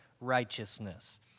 righteousness